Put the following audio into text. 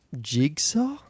Jigsaw